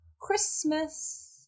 Christmas